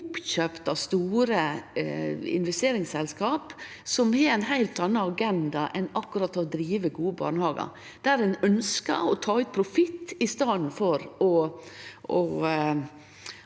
opp av store investeringsselskap som har ein heilt anna agenda enn akkurat å drive gode barnehagar. Ein ønskjer å ta ut profitt i staden for